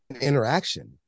interaction